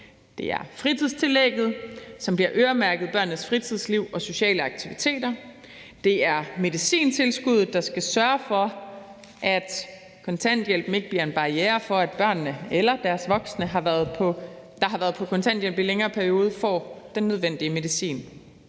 Det er fritidstillægget, som bliver øremærket børnenes fritidsliv og sociale aktiviteter, og det er medicintilskuddet, der skal sørge for, at kontanthjælpen ikke bliver en barriere for, at børnene eller deres voksne, der har været på kontanthjælp i en længere periode, får den nødvendige medicin.